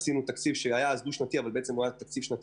עשינו תקציב שהיה דו-שנתי אבל בעצם הוא היה שנתי